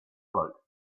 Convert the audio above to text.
float